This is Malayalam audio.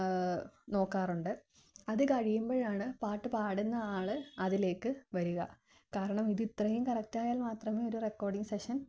നോക്കാറുണ്ട് അത് കഴിയുമ്പോഴാണ് പാട്ട് പാടുന്ന ആള് അതിലേക്ക് വരിക കാരണം ഇത് ഇത്രയും കറക്റ്റായാൽ മാത്രമേ ഒരു റെക്കോഡിങ് സെഷൻ